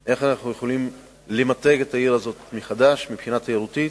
כדי לראות איך אנחנו יכולים למתג את העיר הזאת מחדש מבחינה תיירותית.